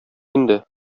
инде